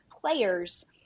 players